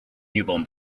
newborn